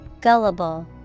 Gullible